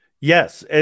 Yes